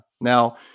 Now